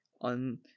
on